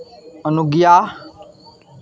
अनुज्ञा